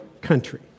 country